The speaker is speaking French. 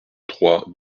trois